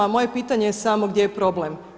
A moje pitanje je samo gdje je problem?